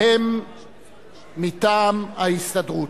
בהם מטעם ההסתדרות.